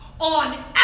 on